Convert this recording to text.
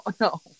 no